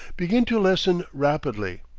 begin to lessen rapidly,